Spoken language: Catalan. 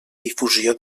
difusió